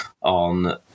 on